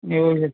એવું છે